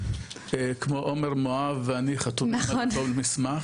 כמו עומר מואב ואני חתומים על אותו מסמך.